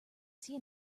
see